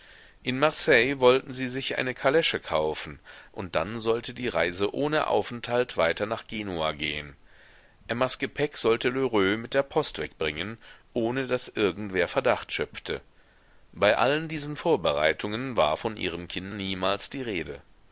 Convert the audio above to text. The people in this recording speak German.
in marseille wollten sie sich eine kalesche kaufen und dann sollte die reise ohne aufenthalt weiter nach genua gehen emmas gepäck sollte lheureux mit der post wegbringen ohne daß irgendwer verdacht schöpfte bei allen diesen vorbereitungen war von ihrem kinde niemals die rede